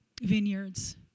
vineyards